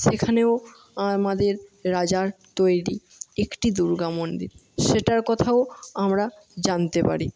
সেখানেও আমাদের রাজার তৈরি একটি দুর্গা মন্দির সেটার কথাও আমরা জানতে পারি